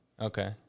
Okay